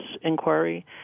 inquiry